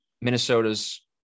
Minnesota's